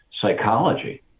psychology